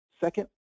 Second